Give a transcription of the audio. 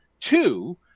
Two